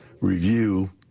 review